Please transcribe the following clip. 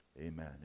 Amen